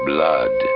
Blood